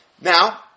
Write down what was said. Now